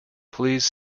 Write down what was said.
please